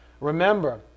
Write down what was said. Remember